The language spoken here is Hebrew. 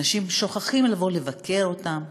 אנשים שוכחים לבוא לבקר אותם,